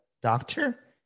doctor